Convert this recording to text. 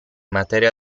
materia